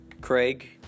Craig